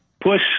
push